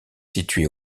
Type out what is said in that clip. situé